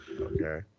Okay